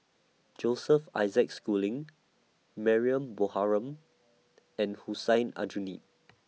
Joseph Isaac Schooling Mariam Baharom and Hussein Aljunied